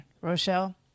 Rochelle